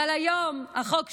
אבל היום, החוק שהוגש,